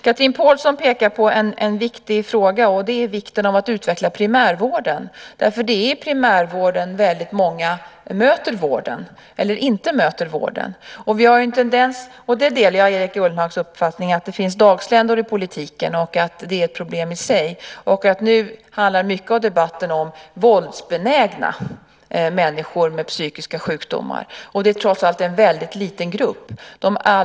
Chatrine Pålsson pekar på en viktig fråga, och det är vikten av att utveckla primärvården. Det är i primärvården väldigt många möter vården, eller inte möter vården. Jag delar Erik Ullenhags uppfattning att det finns dagsländor i politiken och att det är ett problem i sig. Nu handlar mycket av debatten om våldsbenägna människor med psykiska sjukdomar. Det är trots allt en väldigt liten grupp.